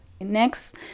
Next